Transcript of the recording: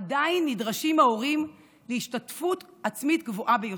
עדיין נדרשים ההורים להשתתפות עצמית גבוהה ביותר.